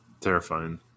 Terrifying